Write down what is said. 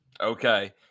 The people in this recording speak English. Okay